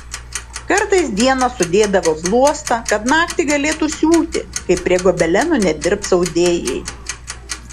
kartais dieną sudėdavo bluostą kad naktį galėtų siūti kai prie gobelenų nedirbs audėjai